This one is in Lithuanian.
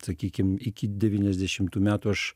sakykim iki devyniasdešimtų metų aš